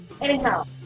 Anyhow